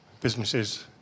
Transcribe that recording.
businesses